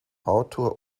autor